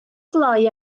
glou